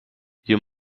you